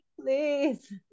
Please